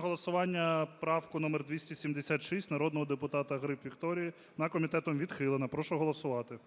голосування правку номер 276 народного депутата Гриб Вікторії. Вона комітетом відхилена. Прошу голосувати.